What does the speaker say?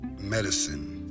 medicine